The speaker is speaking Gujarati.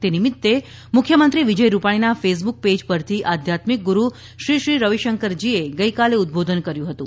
તે નિમિત્તે મુખ્યમંત્રી વિજય રૂપાણીનાં ફેસબૂક પેજ પરથી આધ્યાત્મિક ગુડુ શ્રી શ્રી રવિશંકરજીએ ગઇકાલે ઉદબોધન કર્યું હતું